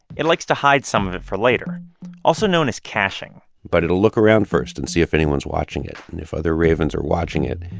it likes to hide some of it for later also known as caching but it will look around first and see if anyone's watching it. and if other ravens are watching it,